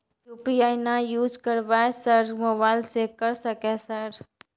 UPI ना use करवाएं sir mobile से कर सके सर?